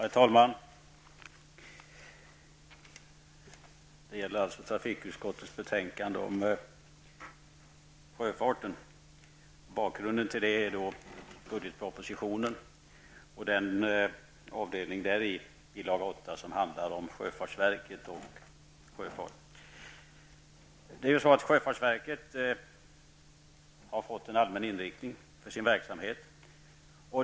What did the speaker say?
Fru talman! Det gäller alltså trafikutskottets betänkande om sjöfarten. Bakgrunden till detta är budgetpropositionen och den avdelning däri, bilaga Sjöfartsverket har ju fått en allmän inriktning för sin verksamhet.